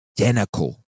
identical